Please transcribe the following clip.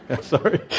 sorry